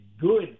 good